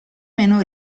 meno